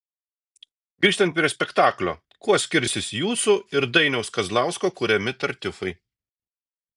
grįžtant prie spektaklio kuo skirsis jūsų ir dainiaus kazlausko kuriami tartiufai